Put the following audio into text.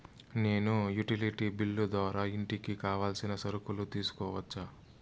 నేను utility bill ద్వారా ఇంటికి కావాల్సిన సరుకులు తీసుకోవచ్చా?